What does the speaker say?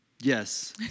Yes